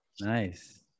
nice